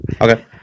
Okay